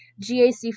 GAC